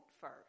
first